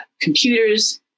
computers